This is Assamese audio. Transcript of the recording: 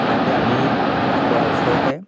ঠাইতে আমি বাস কৰাৰ ওচৰতে